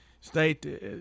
state